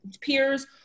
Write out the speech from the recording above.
peers